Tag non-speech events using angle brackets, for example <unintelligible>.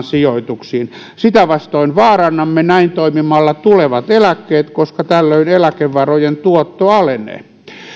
<unintelligible> sijoituksiin sitä vastoin vaarannamme näin toimimalla tulevat eläkkeet koska tällöin eläkevarojen tuotto alenee